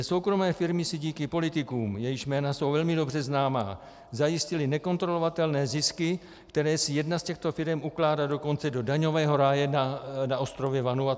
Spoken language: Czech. Dvě soukromé firmy si díky politikům, jejichž jména jsou velmi dobře známa, zajistily nekontrolovatelné zisky, které si jedna z těchto firem ukládá dokonce do daňového ráje na ostrově Vanuatu.